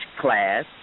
class